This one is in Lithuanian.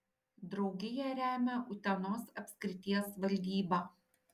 draugiją remia utenos apskrities valdyba